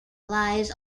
lies